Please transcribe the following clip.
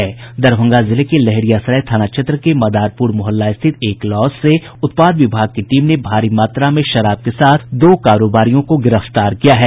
दरभंगा जिले के लहेरियासराय थाना क्षेत्र के मदारपुर मुहल्ला स्थित एक लॉज से उत्पाद विभाग ने भारी मात्रा में विदेशी शराब के साथ दो कारोबारियों को गिरफ्तार किया है